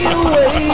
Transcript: away